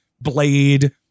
Blade